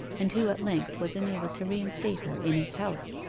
and who at length was enabled to reinstate her in his house.